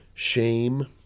Shame